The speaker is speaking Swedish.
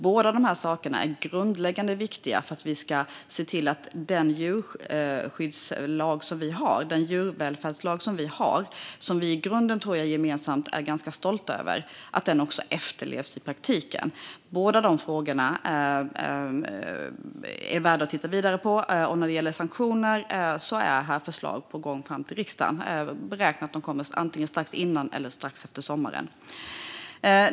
Båda dessa saker är grundläggande för att vi ska se till att den djurvälfärdslag som vi har och som vi i grunden, tror jag, gemensamt är ganska stolta över också efterlevs i praktiken. Båda dessa frågor är värda att titta vidare på, och när det gäller sanktioner är förslag på gång till riksdagen och beräknas komma strax innan eller strax efter sommaren.